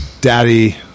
Daddy